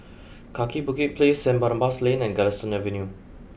Kaki Bukit Place Saint Barnabas Lane and Galistan Avenue